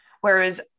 Whereas